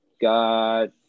got